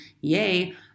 yay